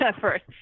first